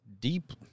deep